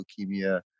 leukemia